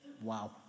Wow